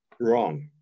Wrong